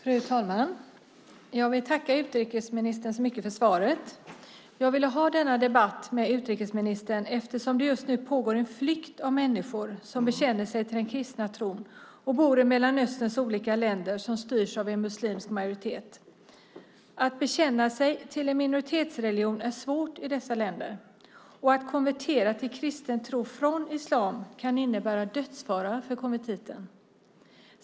Fru talman! Jag vill tacka utrikesministern så mycket för svaret. Jag ville ha denna debatt med utrikesministern eftersom det just nu pågår en flykt av människor som bekänner sig till den kristna tron och bor i Mellanösterns olika länder som styrs av en muslimsk majoritet. Att bekänna sig till en minoritetsreligion är svårt i dessa länder, och att konvertera till kristen tro från islam kan innebära dödsfara för konvertiten.